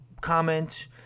comment